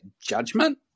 judgment